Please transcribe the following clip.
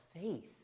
faith